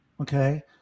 okay